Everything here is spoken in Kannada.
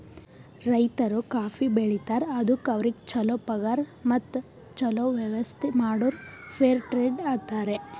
ರೈತರು ಕಾಫಿ ಬೆಳಿತಾರ್ ಅದುಕ್ ಅವ್ರಿಗ ಛಲೋ ಪಗಾರ್ ಮತ್ತ ಛಲೋ ವ್ಯವಸ್ಥ ಮಾಡುರ್ ಫೇರ್ ಟ್ರೇಡ್ ಅಂತಾರ್